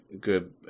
good